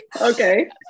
okay